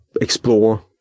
explore